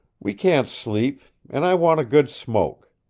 we can't sleep. and i want a good smoke.